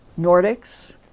Nordics